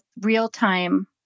real-time